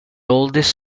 oldest